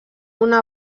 una